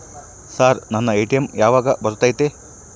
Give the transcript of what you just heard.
Sir ನನ್ನ ATM ಯಾವಾಗ ಬರತೈತಿ?